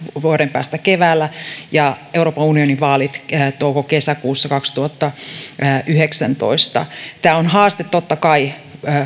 vuoden päästä keväällä ja euroopan unionin vaalit touko kesäkuussa kaksituhattayhdeksäntoista tämä on haaste totta kai